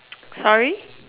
sorry